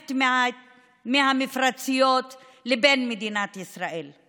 הנפט מהמפרציות ולבין מדינת ישראל.